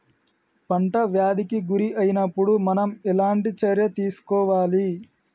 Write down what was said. పంట వ్యాధి కి గురి అయినపుడు మనం ఎలాంటి చర్య తీసుకోవాలి?